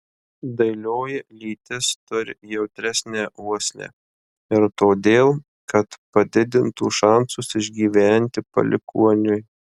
dailioji lytis turi jautresnę uoslę ir todėl kad padidintų šansus išgyventi palikuoniui